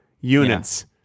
units